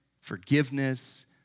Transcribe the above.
forgiveness